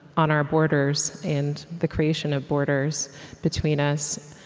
on our borders and the creation of borders between us.